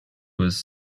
was